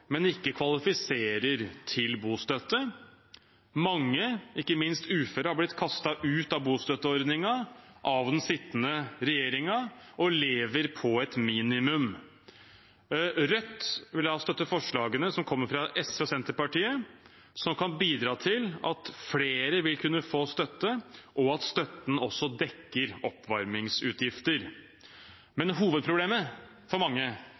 men ikke kvalifiserer til bostøtte. Mange, ikke minst uføre, har blitt kastet ut av bostøtteordningen av den sittende regjeringen og lever på et minimum. Rødt vil støtte forslagene som kommer fra SV og Senterpartiet, som kan bidra til at flere vil kunne få støtte, og at støtten også dekker oppvarmingsutgifter. Men hovedproblemet for mange